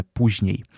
później